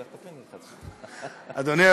עשר דקות, אדוני.